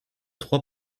trois